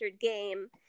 game